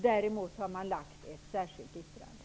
Däremot har man avgivit ett särskilt yttrande.